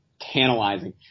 tantalizing